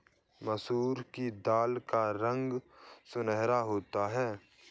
मसूर की दाल का रंग सुनहरा होता है